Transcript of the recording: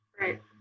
right